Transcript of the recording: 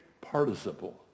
participle